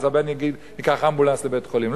אז הבן ייקח אמבולנס לבית-החולים,